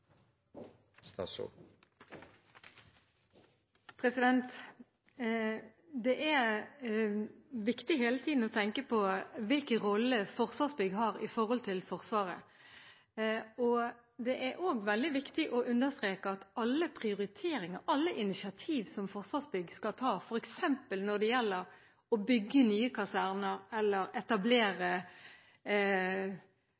viktig hele tiden å tenke på hvilken rolle Forsvarsbygg har i forhold til Forsvaret. Det er også veldig viktig å understreke at alle prioriteringer, alle initiativ som Forsvarsbygg skal ta når det gjelder f.eks. å bygge nye kaserner, etablere bad for kvinner eller